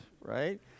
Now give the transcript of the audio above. right